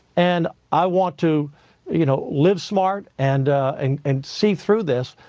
and i want to you know live smart and and and see through this,